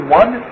one